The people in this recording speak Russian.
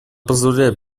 позволяет